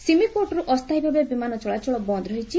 ସୀମିକୋଟରୁ ଅସ୍ଥାୟୀ ଭାବେ ବିମାନ ଚଳାଚଳ ବନ୍ଦ ରହିଛି